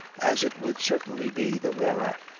as it would certainly be the rarer,